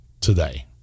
today